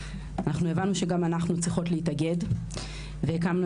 הבנו שגם אנחנו צריכות להתאגד והקמנו